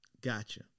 Gotcha